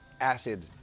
acid